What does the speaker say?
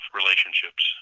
relationships